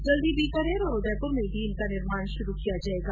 जल्द ही बीकानेर और उदयपुर में भी इनका निर्माण शुरू किया जायेगा